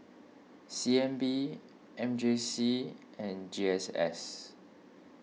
C N B M J C and G S S